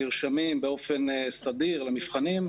נרשמים באופן סדיר למבחנים.